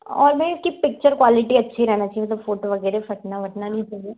और भैया इसकी पिक्चर क्वालिटी अच्छी रहना चाहिए मतलब फ़ोटो वगैरह फ़टना वटना नहीं चाहिए